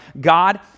God